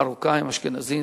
מרוקאים, אשכנזים,